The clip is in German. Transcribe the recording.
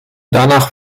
danach